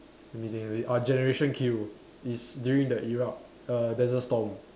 let me think ah orh generation Q it's during the Iraq desert storm